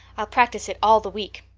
i'll practice it all the week.